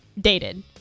dated